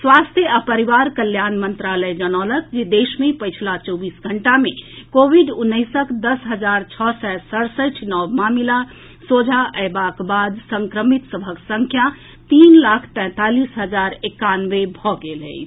स्वास्थ्य आ परिवार कल्याण मंत्रालय जनौलक जे देश मे पछिला चौबीस घंटा मे कोविड उन्नैसक दस हजार छओ सय सड़सठि नव मामिला सोझा अएबाक बाद संक्रमित सभक संख्या तीन लाख तैंतालीस हजार एकानवे भऽ गेल अछि